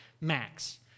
max